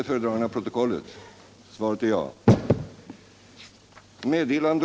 frågesvar då kommer att lämnas.